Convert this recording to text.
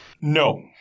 No